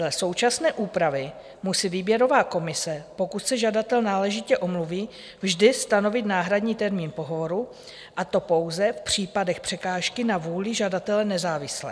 Dle současné úpravy musí výběrová komise, pokud se žadatel náležitě omluví, vždy stanovit náhradní termín pohovoru a to pouze v případech překážky na vůli žadatele nezávislé.